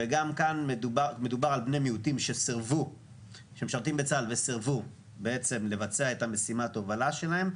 מדובר על בני מיעוטים שמשרתים בצה"ל וסירבו לבצע את משימת ההובלה שלהם,